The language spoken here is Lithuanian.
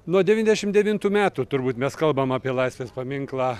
nuo devyniasdešim devintų metų turbūt mes kalbam apie laisvės paminklą